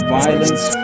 violence